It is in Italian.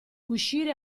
uscire